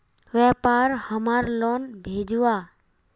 व्यापार हमार लोन भेजुआ?